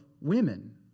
women